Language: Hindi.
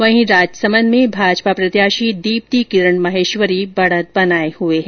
वहीं राजसमन्द में भाजपा प्रत्याशी दीप्ती किरण माहेश्वरी बढ़त बनाए हुए हैं